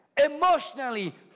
emotionally